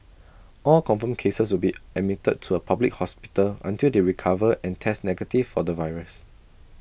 all confirmed cases will be admitted to A public hospital until they recover and test negative for the virus